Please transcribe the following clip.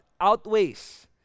outweighs